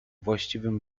właściwym